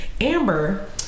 Amber